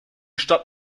stadt